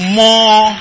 more